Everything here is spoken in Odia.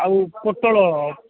ଆଉ ପୋଟଳ